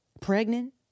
pregnant